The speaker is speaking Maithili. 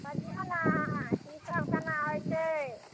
बजिऔ ने अहाँ की सभ केना होइत छै